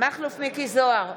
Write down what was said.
מכלוף מיקי זוהר,